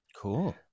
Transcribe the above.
Cool